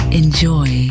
enjoy